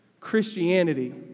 Christianity